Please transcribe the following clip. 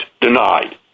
denied